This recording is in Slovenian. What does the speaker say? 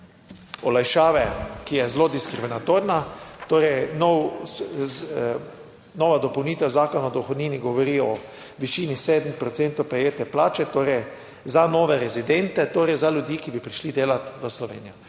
olajšave, ki je zelo diskriminatorna, torej, nova dopolnitev Zakona o dohodnini, govori o višini 7 procentov prejete plače, torej za nove rezidente, torej za ljudi, ki bi prišli delat v Slovenijo.